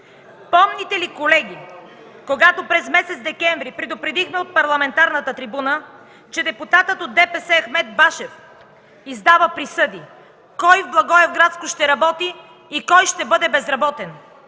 Помните ли, колеги, когато през месец декември предупредихме от парламентарната трибуна, че депутатът от ДПС Ахмед Башев издава присъди – кой в Благоевградско ще работи и кой ще бъде безработен;